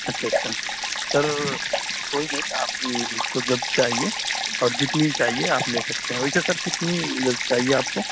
اچھا اچھا سر کوئی نہیں آپ کو جب چاہیے اور جتنی چاہیے آپ لے سکتے ہیں ویسے سر کتنی گز چاہیے آپ کو